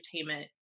entertainment